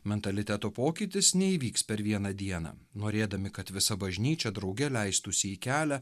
mentaliteto pokytis neįvyks per vieną dieną norėdami kad visa bažnyčia drauge leistųsi į kelią